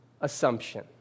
assumption